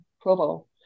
Provo